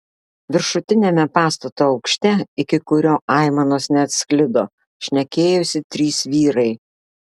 viršutiniame pastato aukšte iki kurio aimanos neatsklido šnekėjosi trys vyrai